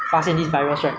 ya ya especially like